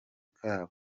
kabo